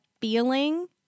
feeling